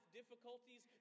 difficulties